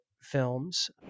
films